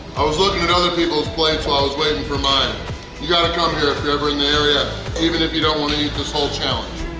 i was looking at other people's plates while i was waiting for mine you got to come here if you're ever in the area even if you don't want to eat this whole challenge.